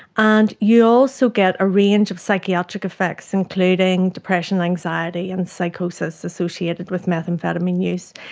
and you also get a range of psychiatric effects, including depression, anxiety and psychosis associated with methamphetamine use.